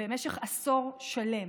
במשך עשור שלם.